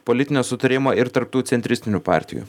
politinio sutarimo ir tarp tų centristinių partijų